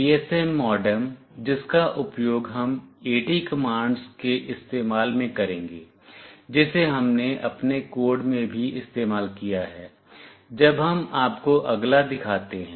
GSM modem जिसका उपयोग हम एटी कमांड्स के इस्तेमाल मे करेंगे जिसे हमने अपने कोड में भी इस्तेमाल किया है जब हम आपको अगला दिखाते हैं